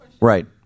Right